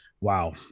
wow